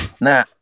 nah